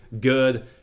good